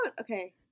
okay